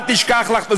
אל תשכח לחתום.